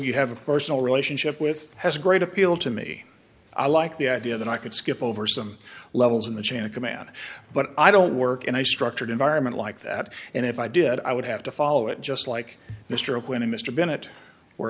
you have a personal relationship with has a great appeal to me i like the idea that i could skip over some levels in the chain of command but i don't work in a structured environment like that and if i did i would have to follow it just like mr o'quinn mr bennett we're